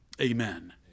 Amen